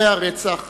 אחרי הרצח